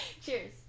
Cheers